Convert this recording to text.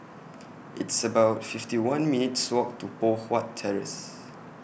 It's about fifty one minutes' Walk to Poh Huat Terrace